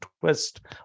twist